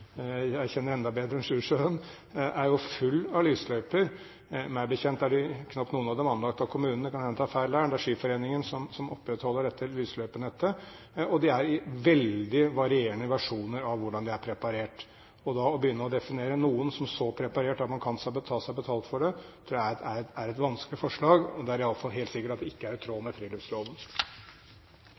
kjenner enda bedre enn Sjusjøen, er jo full av lysløyper. Meg bekjent er knapt noen av dem anlagt av kommunen – det kan hende jeg tar feil der – det er Skiforeningen som opprettholder dette lysløypenettet, og det er veldig varierende versjoner av hvordan det er preparert. Å begynne å definere noen løyper som så preparerte at man kan ta seg betalt for det, tror jeg er et vanskelig forslag. Det er i alle fall helt sikkert at det ikke er i tråd med friluftsloven.